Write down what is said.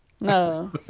No